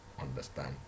understand